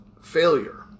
failure